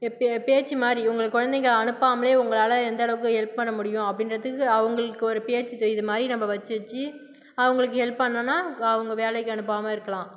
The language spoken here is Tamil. பேச்சு மாதிரி உங்கள் குழந்தைகளை அனுப்பாமலே உங்களால் எந்த அளவுக்கு ஹெல்ப் பண்ண முடியும் அப்படின்றதுக்கு அவங்களுக்கு ஒரு பேச்சு இது மாதிரி நம்ப வச்சு வச்சு அவங்களுக்கு ஹெல்ப் பண்னோன்னா அவங்க வேலைக்கு அனுப்பாமல் இருக்கலாம்